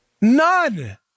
None